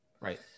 right